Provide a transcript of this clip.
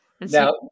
now